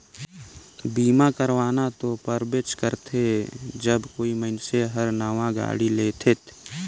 बीमा करवाना तो परबेच करथे जब कोई मइनसे हर नावां गाड़ी लेथेत